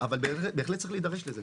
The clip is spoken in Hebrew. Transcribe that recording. אבל בהחלט צריך להידרש לזה.